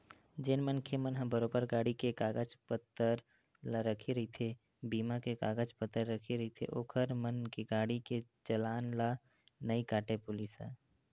जेन मनखे मन ह बरोबर गाड़ी के कागज पतर ला रखे रहिथे बीमा के कागज पतर रखे रहिथे ओखर मन के गाड़ी के चलान ला नइ काटय पुलिस ह